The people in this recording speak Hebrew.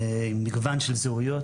מגוון של זהויות,